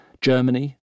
Germany